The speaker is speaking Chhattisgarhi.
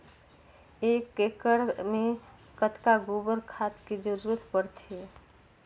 एक एकड़ मे कतका गोबर खाद के जरूरत पड़थे?